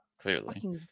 Clearly